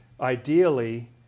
ideally